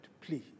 please